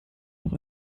noch